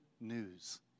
news